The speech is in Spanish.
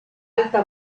alta